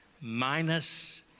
minus